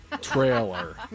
trailer